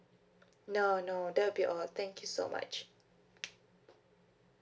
no no that'll be all thank you so much